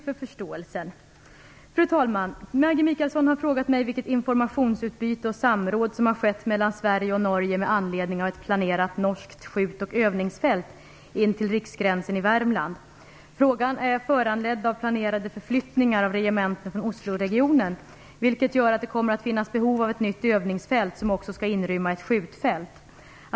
Fru talman! Maggi Mikaelsson har frågat mig vilket informationsutbyte och samråd som har skett mellan Sverige och Norge med anledning av ett planerat norskt skjut och övningsfält intill riksgränsen i Frågan är föranledd av planerade förflyttningar av regementen från Osloregionen, vilket gör att det kommer att finnas behov av ett nytt övningsfält, som också skall inrymma ett skjutfält.